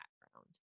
background